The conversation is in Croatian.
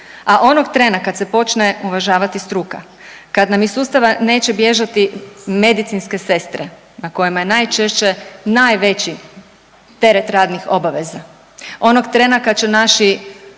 A onog trena kada se počne uvažavati struka, kada nam iz sustava neće bježati medicinske sestre na kojima je najčešće najveći teret radnih obaveza, onog trena kada će naši